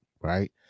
right